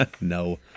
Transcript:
No